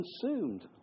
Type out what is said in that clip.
consumed